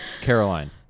Caroline